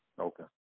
Okay